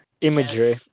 imagery